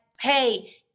hey